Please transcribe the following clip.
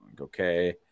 Okay